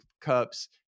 cups